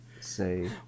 say